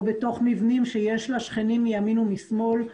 בתוך מבנים שיש לה שכנים מימין ומשמאל.